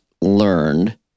learned